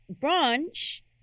branch